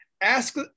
Ask